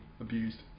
abused